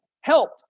help